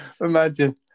Imagine